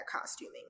costuming